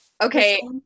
Okay